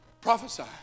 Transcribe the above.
prophesy